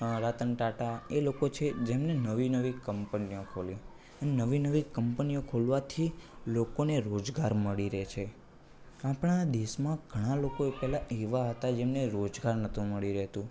રતન ટાટા એ લોકો છે જેમણે નવી નવી કંપનીઓ ખોલી નવી નવી કંપનીઓ ખોલવાથી લોકોને રોજગાર મળી રહે છે આપણા દેશમાં ઘણા લોકોએ પહેલાં એવા હતા જેમને રોજગાર નહોતું મળી રહેતું